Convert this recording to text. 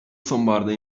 sonbaharda